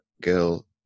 Girl